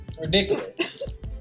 Ridiculous